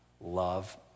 love